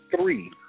three